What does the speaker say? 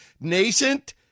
nascent